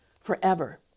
forever